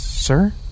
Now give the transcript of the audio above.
Sir